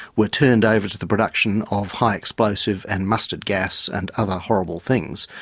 were turned over to the production of high explosive and mustard gas and other horrible things.